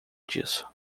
disso